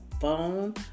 phone